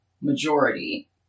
majority